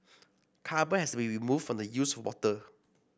carbon has will be removed from the used water